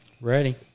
Ready